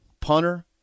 punter